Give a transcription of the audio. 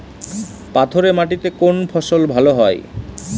পাথরে মাটিতে কোন ফসল ভালো হয়?